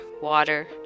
water